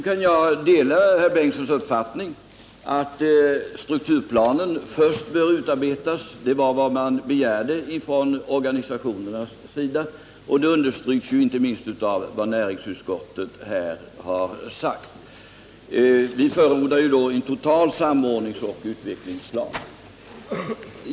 Jag kan dela herr Bengtssons uppfattning att strukturplanen bör utarbetas innan åtgärder vidtas — och det var vad man begärde från organisationernas sida. Det understryks inte minst av vad näringsutskottet här anfört. Vi förordar en total samordningsoch utvecklingsplan.